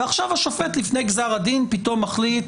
ועכשיו השופט לפני גזר הדין פתאום מחליט